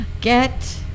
get